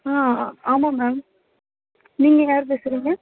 ஆ ஆமாம் மேம் நீங்கள் யார் பேசுறது